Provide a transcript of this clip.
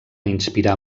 inspirar